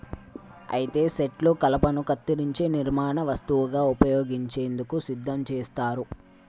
అయితే సెట్లు కలపను కత్తిరించే నిర్మాణ వస్తువుగా ఉపయోగించేందుకు సిద్ధం చేస్తారు